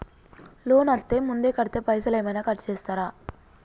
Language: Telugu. లోన్ అత్తే ముందే కడితే పైసలు ఏమైనా కట్ చేస్తరా?